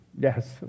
yes